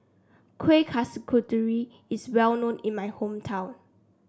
Kuih is well known in my hometown